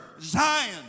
Zion